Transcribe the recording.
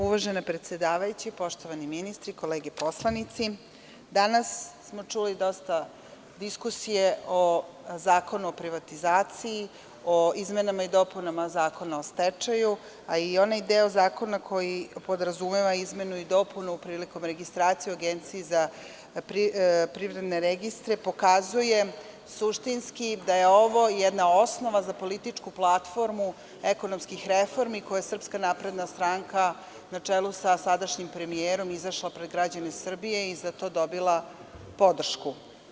Uvažena predsedavajuća, poštovani ministre, kolege poslanici, danas smo čuli dosta diskusije o Zakonu o privatizaciji, o izmenama i dopunama Zakona o stečaju, a i onaj deo zakona koji podrazumeva izmenu i dopunu prilikom registracije u Agenciji za privredne registre pokazuje suštinski da je ovo jedna osnova za političku platformu ekonomskih reformi sa kojima je SNS, na čelu sa sadašnjim premijerom, izašla pred građane Srbije i za to dobila podršku.